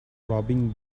robbing